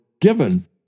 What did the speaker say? given